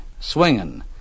swinging